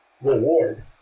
Reward